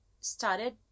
started